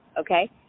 okay